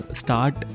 start